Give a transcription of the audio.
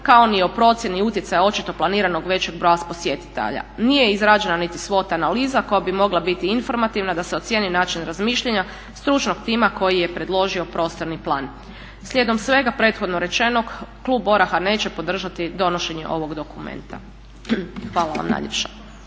kao ni o procjeni utjecaja očito planiranog većeg broja posjetitelja. Nije izrađena niti SWAT analiza koja bi mogla biti informativna da se ocijeni način razmišljanja stručnog tima koji je predložio prostorni plan. Slijedom svega prethodno rečenog klub ORaH-a neće podržati donošenje ovog dokumenta. Hvala vam najljepša.